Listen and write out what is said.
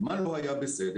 מה לא היה בסדר?